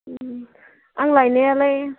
आं लायनायालाय